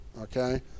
okay